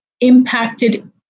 impacted